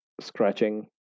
Scratching